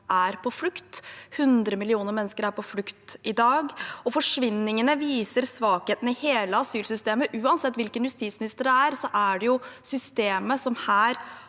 er på flukt. 100 millioner mennesker er på flukt i dag, og forsvinningene viser svakheten i hele asylsystemet. Uansett hvilken justisminister vi har, er det systemet som her